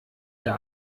der